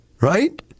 Right